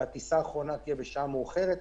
והטיסה האחרונה תהיה בשעה מאוחרת.